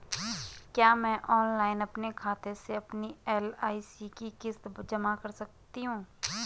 क्या मैं ऑनलाइन अपने खाते से अपनी एल.आई.सी की किश्त जमा कर सकती हूँ?